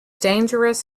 dangerous